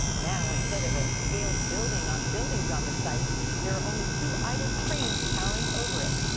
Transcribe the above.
now. instead of a scaled buildings buildings on the site there are only two idled cranes towering over it.